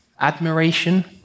admiration